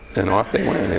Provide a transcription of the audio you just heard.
and off they went.